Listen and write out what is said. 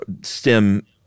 stem